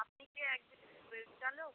আপনি কি একজন উবের চালক